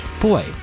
Boy